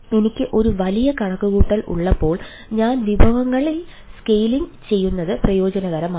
അതിനാൽ എനിക്ക് ഒരു വലിയ കണക്കുകൂട്ടൽ ഉള്ളപ്പോൾ ഞാൻ വിഭവങ്ങളിൽ സ്കെയിൽ ചെയ്യുന്നത് പ്രയോജനകരമാണ്